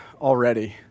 already